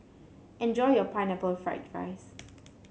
enjoy your Pineapple Fried Rice